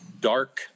dark